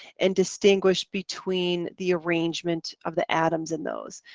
and distinguish between the arrangement of the atoms in those.